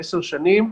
10 שנים.